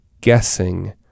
guessing